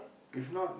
if not